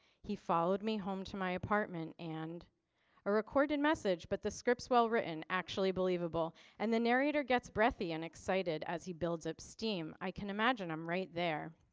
he followed me home to my apartment and a recorded message but the scripts well written actually believable. and the narrator gets breathy and excited as he builds up steam i can imagine i'm right there.